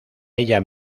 ella